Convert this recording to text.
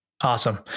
Awesome